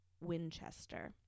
Winchester